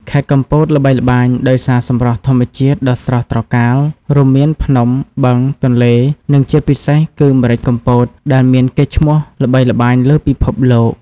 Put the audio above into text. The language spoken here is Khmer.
ខេត្តកំពតល្បីល្បាញដោយសារសម្រស់ធម្មជាតិដ៏ស្រស់ត្រកាល រួមមានភ្នំ បឹង ទន្លេ និងជាពិសេសគឺ ម្រេចកំពត ដែលមានកេរ្តិ៍ឈ្មោះល្បីល្បាញលើពិភពលោក។